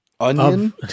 Onion